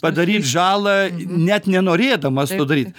padaryt žalą net nenorėdamas to daryt